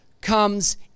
comes